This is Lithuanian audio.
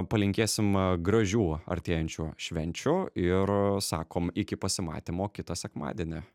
palinkėsim gražių artėjančių švenčių ir sakom iki pasimatymo kitą sekmadienį